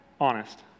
honest